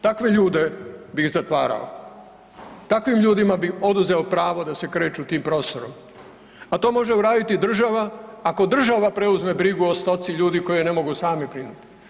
Takve ljude bi zatvarao, takvim ljudima bi oduzeo pravo da se kreću tim prostorom, a to može uraditi država ako država preuzme brigu o stoci ljudi koji ne mogu sami brinuti.